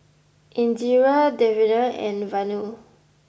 Indira Davinder and Vanu